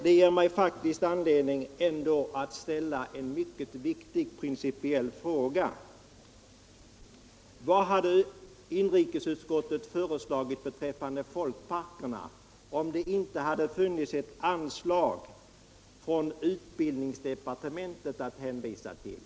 Det ger mig anledning att ställa en mycket viktig principiell fråga: Vad hade inrikesutskottet föreslagit beträffande folkparkerna om det inte hade funnits ett anslag från utbildningsdepartementet att hänvisa till?